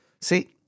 See